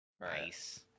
nice